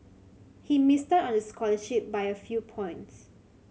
he missed out on the scholarship by a few points